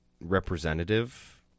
representative